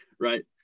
Right